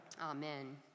Amen